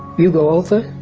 you go over,